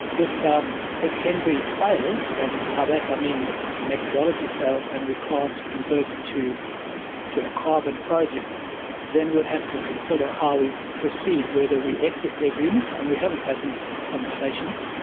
if um if henbury fails and by that i mean the the methodology fails and we can't convert it to to a carbon project then we would have to consider how we proceed, whether we exit the agreement. and we haven't had these conversations